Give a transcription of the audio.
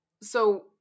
So-